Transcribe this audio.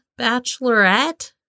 bachelorette